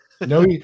No